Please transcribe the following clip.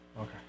Okay